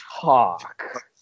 talk